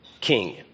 King